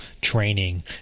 training –